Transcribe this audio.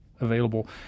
available